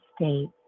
state